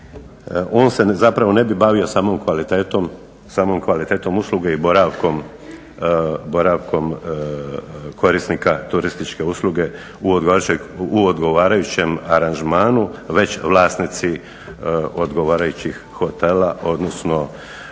On se zapravo ne bi bavio samom kvalitetom usluge i boravkom korisnika turističke usluge u odgovarajućem aranžmanu već vlasnici odgovarajućih hotela, odnosno